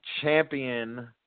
champion